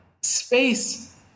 space